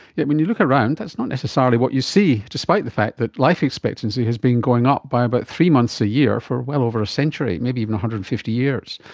yet when you look around that's not necessarily what you see, despite the fact that life expectancy has been going up by about three months a year for well over a century, maybe even one hundred and fifty years.